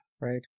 right